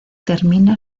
termina